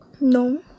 No